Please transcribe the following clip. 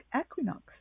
equinox